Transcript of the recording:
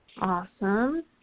Awesome